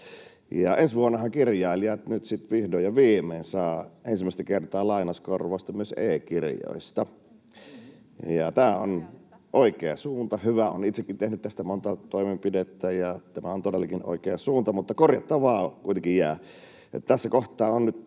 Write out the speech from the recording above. vihdoin ja viimein saavat ensimmäistä kertaa lainauskorvausta myös e-kirjoista. [Eduskunnasta: Historiallista!] Tämä on oikea suunta, hyvä. Olen itsekin tehnyt tästä monta toimenpidettä. Tämä on todellakin oikea suunta, mutta korjattavaa kuitenkin jää. Tässä kohtaa on nyt